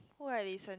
who I listen